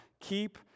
Keep